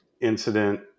incident